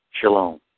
Shalom